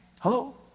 hello